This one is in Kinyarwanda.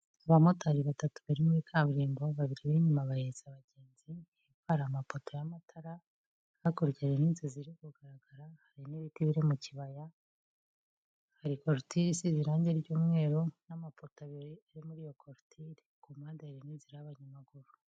Abamotari batatu bari muri kaburimbo, babiri b'inyuma bahereza abagenzi, hari amapoto y'amatara, hakurya hari n'izu ziri kugaragara, hari n'ibiti biri mu kibaya, hari korotire isize irangi ry'umweru n'amapoto abiri ari muri iyo krotire, ku mpande harimo inzira y'abanyamaguru.